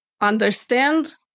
understand